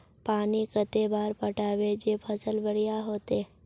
पानी कते बार पटाबे जे फसल बढ़िया होते?